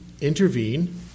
intervene